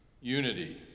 unity